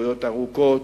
לשליחויות ארוכות,